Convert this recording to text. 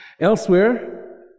Elsewhere